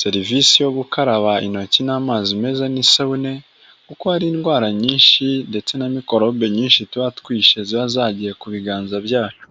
serivisi yo gukaraba intoki n'amazi meza n'isabune, kuko hari indwara nyinshi ndetse na mikorobe nyinshi tuba twishe, ziba zagiye ku biganza byacu.